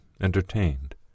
entertained